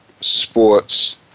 sports